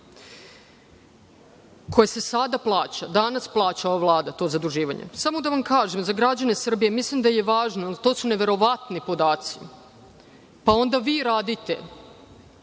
koje se sada plaća. Danas plaća ova Vlada to zaduživanje. Samo da vam kažem, za građane Srbije mislim da je važno, jer to su neverovatni podaci, pa onda vi radite